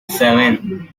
seven